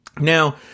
Now